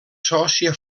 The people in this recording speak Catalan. sòcia